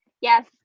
Yes